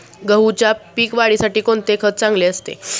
गहूच्या पीक वाढीसाठी कोणते खत चांगले असते?